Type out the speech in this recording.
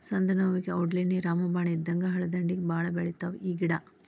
ಸಂದನೋವುಗೆ ಔಡ್ಲೇಣ್ಣಿ ರಾಮಬಾಣ ಇದ್ದಂಗ ಹಳ್ಳದಂಡ್ಡಿಗೆ ಬಾಳ ಬೆಳಿತಾವ ಈ ಗಿಡಾ